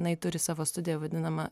jinai turi savo studiją vadinamą